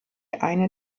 eine